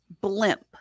blimp